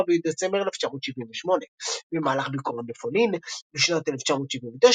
בדצמבר 1978. במהלך ביקורם בפולין בשנת 1979,